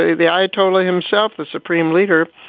the the ayatollah himself, the supreme leader,